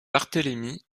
barthélémy